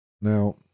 Now